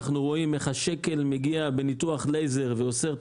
אנחנו רואים איך השקל מגיע בניתוח לייזר ועושה את